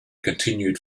continued